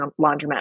laundromat